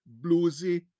bluesy